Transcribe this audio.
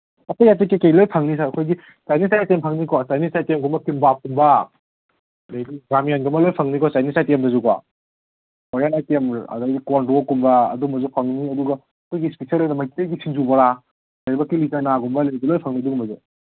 ꯑꯇꯩ ꯑꯇꯩ ꯀꯔꯤ ꯀꯔꯤ ꯂꯣꯏꯅ ꯐꯪꯅꯤ ꯁꯥꯔ ꯑꯩꯈꯣꯏꯒꯤ ꯆꯥꯏꯅꯤꯁ ꯑꯥꯏꯇꯦꯝ ꯐꯪꯅꯤꯀꯣ ꯆꯥꯏꯅꯤꯁ ꯑꯥꯏꯇꯦꯝꯒꯨꯝꯕ ꯀꯤꯝꯕꯥꯞꯀꯨꯝꯕ ꯑꯗꯒꯤ ꯔꯥꯃꯦꯟꯒꯨꯝꯕ ꯂꯣꯏꯅ ꯐꯪꯅꯤꯀꯣ ꯆꯥꯏꯅꯤꯁ ꯑꯥꯏꯇꯦꯝꯗꯁꯨꯀꯣ ꯀꯣꯔꯤꯌꯥꯟ ꯑꯥꯏꯇꯦꯝ ꯑꯗꯒꯤ ꯀꯣꯜ ꯗꯣꯛꯀꯨꯝꯕ ꯑꯗꯨꯒꯨꯝꯕꯁꯨ ꯐꯪꯅꯤ ꯑꯗꯨꯒ ꯑꯩꯈꯣꯏꯒꯤ ꯏꯁꯄꯤꯁꯦꯜ ꯑꯣꯏꯅ ꯃꯩꯇꯩꯒꯤ ꯁꯤꯡꯖꯨ ꯕꯣꯔꯥ ꯀꯤꯂꯤ ꯆꯅꯥꯒꯨꯝꯕ ꯂꯩꯗꯅ ꯂꯣꯏꯅ ꯐꯪꯅꯤ ꯑꯗꯨꯒꯨꯝꯕꯁꯨ